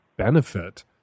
Benefit